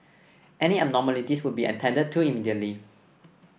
any abnormalities would be attended to immediately